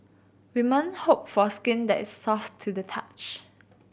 women hope for skin that is soft to the touch